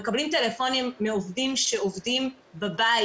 מקבלים טלפונים מעובדים שעובדים בבית